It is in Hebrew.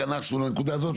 אם כבר התכנסנו לנקודה הזאת,